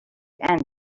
end